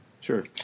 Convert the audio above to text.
Sure